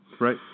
Right